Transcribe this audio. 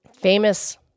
famous